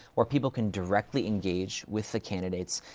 where people can directly engage with the candidates,